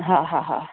हा हा हा